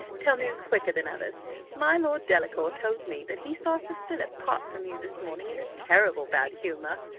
tell news quicker than others my lord delacour told me, that he saw sir philip part from you this morning in a terrible bad humour.